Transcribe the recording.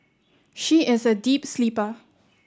she is a deep sleeper